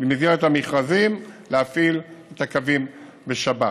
במסגרת המכרזים להפעיל את הקווים בשבת.